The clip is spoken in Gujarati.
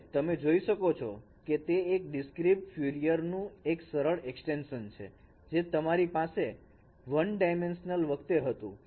અને તમે જોઈ શકો છો કે તે એક ડિસ્ક્રિપ્ટ ફ્યુરિયર નું સરળ એક્સ્ટેંશન છે જે તમારી પાસે 1 ડાયમેન્શનલ વખતે હતુ